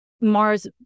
Mars